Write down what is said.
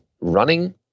running